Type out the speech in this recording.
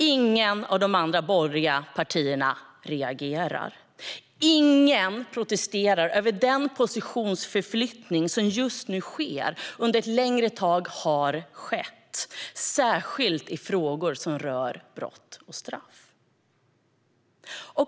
Inget av de andra borgerliga partierna reagerar. Ingen protesterar mot den positionsförflyttning som just nu sker och som under ett längre tag har skett, särskilt i frågor som rör brott och straff.